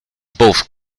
both